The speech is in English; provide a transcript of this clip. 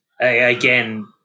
again